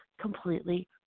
completely